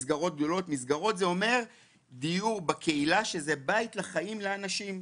מסגרות זה אומר דיור בקהילה שזה בית לחיים לאנשים.